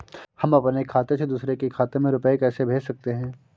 हम अपने खाते से दूसरे के खाते में रुपये कैसे भेज सकते हैं?